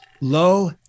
low